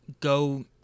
go